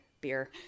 beer